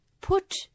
put